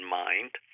mind